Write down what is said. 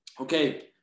okay